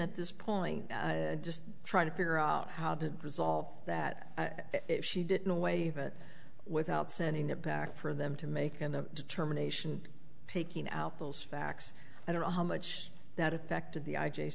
at this point just trying to figure out how to resolve that if she did no way but without sending it back for them to make a determination taking out those facts i don't know how much that affected the i j